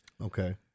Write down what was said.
Okay